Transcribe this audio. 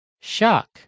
Shock